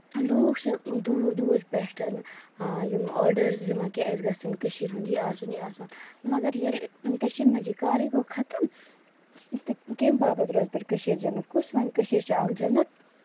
لوٗکھ چھِ دوٗر دوٗر پٮ۪ٹھ یِم اوڑٲرٕز دِوان کہِ اَسہِ گژھَن کٔشیٖر ہُند یہِ آسُن یہِ آسُن مگر ییٚلہِ کٔشیٖر منٛز یہِ کارٕے گوٚو خَتٔم تہٕ کمہِ باپَتھ روزِ پَتہٕ کٔشیٖر جنت کُس وَنہِ کٔشیٖر چھےٚ اکھ جنت